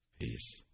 Peace